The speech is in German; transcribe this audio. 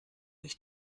ich